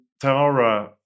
Tara